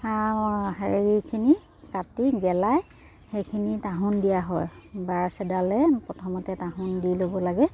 হেৰিখিনি কাটি গেলাই সেইখিনি তাহোন দিয়া হয় ব্ৰাছ এডালে প্ৰথমতে তাহোন দি ল'ব লাগে